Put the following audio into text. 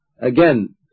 again